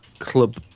club